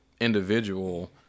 individual